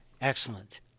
excellent